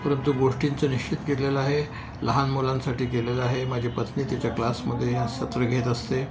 परंतु गोष्टींचं निश्चित घेतलेलं आहे लहान मुलांसाठी केलेलं आहे माझी पत्नी तिच्या क्लासमध्ये हे सत्र घेत असते